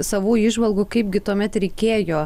savų įžvalgų kaipgi tuomet reikėjo